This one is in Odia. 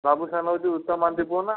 ବାବୁସାନ୍ ହେଉଛି ଉତ୍ତମ ମହାନ୍ତି ପୁଅ ନା